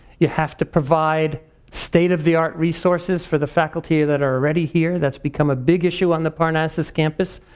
you have to provide state of the art resources for the faculty that are already here. that's become a big issue on the parnassus campus,